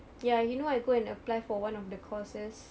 ya you know I go and apply for one of the courses